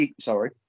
Sorry